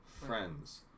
friends